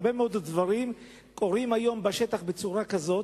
הרבה מאוד דברים קורים היום בשטח בצורה כזאת,